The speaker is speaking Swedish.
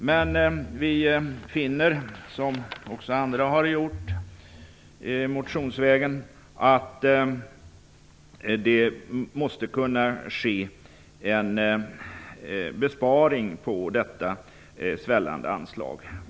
Men vi finner - som också andra har gjort motionsvägen - att det måste kunna göras en besparing på detta svällande anslag.